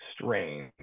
strange